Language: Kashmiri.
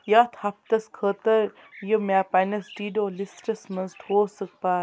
یَتھ ہَفتَس خٲطرٕ یہِ مےٚ پنٛنِس ٹی ڈو لِسٹَس منٛز تھوٚو سُہ پر